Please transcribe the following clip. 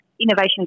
innovation